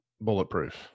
bulletproof